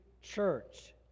church